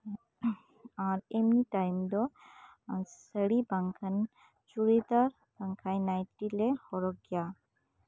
ᱟᱨ ᱮᱢᱱᱤ ᱴᱟᱭᱤᱢ ᱫᱚ ᱥᱟ ᱲᱤ ᱵᱟᱝᱠᱷᱟᱱ ᱪᱩᱲᱤᱫᱟᱨ ᱵᱟᱝᱠᱷᱟᱱ ᱱᱟᱭᱴᱤ ᱞᱮ ᱦᱚᱨᱚᱜᱽ ᱜᱮᱭᱟ